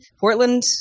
Portland